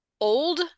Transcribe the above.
old